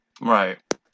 Right